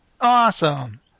Awesome